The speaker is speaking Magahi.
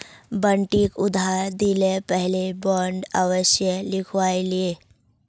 बंटिक उधार दि ल पहले बॉन्ड अवश्य लिखवइ ले